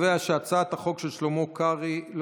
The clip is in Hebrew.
התשפ"א 2021,